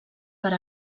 per